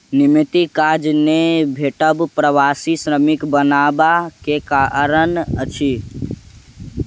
नियमित काज नै भेटब प्रवासी श्रमिक बनबा के कारण अछि